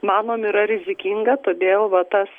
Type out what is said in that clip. manom yra rizikinga todėl va tas